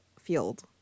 field